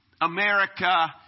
America